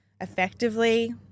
effectively